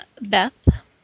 Beth